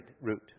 route